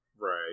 Right